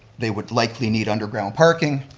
they would likely need underground parking,